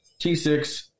T6